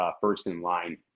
first-in-line